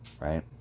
Right